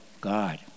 God